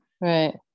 right